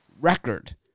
record